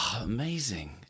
Amazing